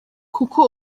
kuko